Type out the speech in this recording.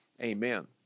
Amen